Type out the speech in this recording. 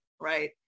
right